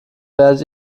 werdet